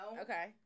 Okay